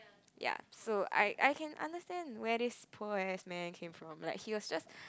ya so I I can understand where this poor ass man came from he was just